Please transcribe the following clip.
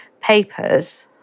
papers